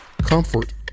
Comfort